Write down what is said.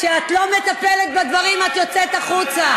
כשאת לא מטפלת בדברים, את יוצאת החוצה.